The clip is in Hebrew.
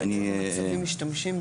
באיזה מצבים משתמשים בזה.